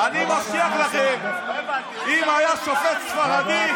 אני מבטיח לכם, אם היה שופט ספרדי,